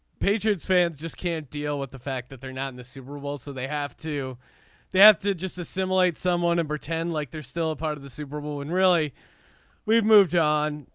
patriots fans just can't deal with the fact that they're not in the super bowl so they have to they have to just assimilate someone and pretend like there's still a part of the super bowl and really we've moved on.